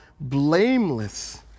blameless